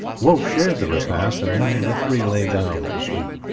wolf shared the repast, and then the three lay down to sleep.